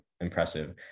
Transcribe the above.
impressive